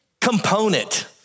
component